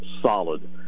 solid